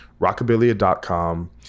Rockabilia.com